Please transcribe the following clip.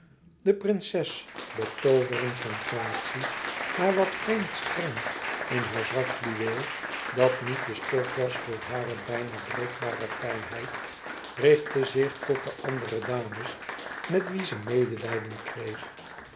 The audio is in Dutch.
de prinses betooverend van gratie maar wat vreemd streng in haar zwart fluweel dat niet de stof was voor hare bijna breekbare fijnheid richtte zich tot de andere dames met wie ze medelijden kreeg